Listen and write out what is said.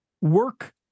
work